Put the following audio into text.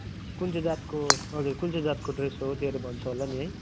कुन चाहिँ जातको हजुर कुन चाहिँ जातको ड्रेस हो त्योहरू भन्छ होला नि है